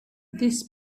this